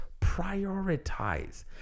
Prioritize